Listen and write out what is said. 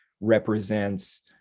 represents